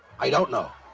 i don't know!